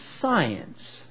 science